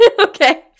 Okay